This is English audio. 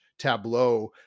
tableau